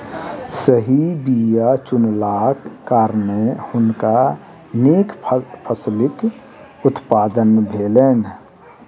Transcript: सही बीया चुनलाक कारणेँ हुनका नीक फसिलक उत्पादन भेलैन